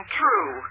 true